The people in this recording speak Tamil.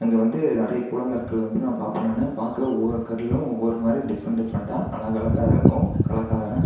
அங்கே வந்து நிறைய கூழாங்கற்கள் வந்து நான் பார்ப்பேன் நான் பார்க்கவே ஒவ்வொரு கல்லும் ஒவ்வொரு மாதிரி டிஃபரண்ட் டிஃபரண்ட்டாக அழகழகாக இருக்கும் கலர் கலர்ராக